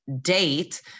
date